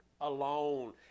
alone